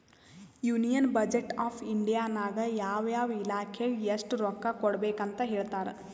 union budget of India ನಾಗ್ ಯಾವ ಯಾವ ಇಲಾಖೆಗ್ ಎಸ್ಟ್ ರೊಕ್ಕಾ ಕೊಡ್ಬೇಕ್ ಅಂತ್ ಹೇಳ್ತಾರ್